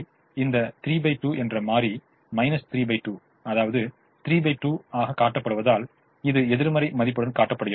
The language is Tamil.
இந்த 32 என்ற மாறி 32 அதாவது 32 ஆக காட்டப்படுவதால் இது எதிர்மறை மதிப்புடன் காட்டப்படுகிறது